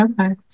Okay